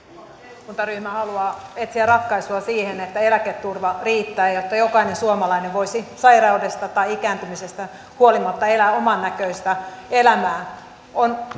eduskuntaryhmä haluaa etsiä ratkaisua siihen että eläketurva riittää jotta jokainen suomalainen voisi sairaudesta tai ikääntymisestä huolimatta elää omannäköistä elämää on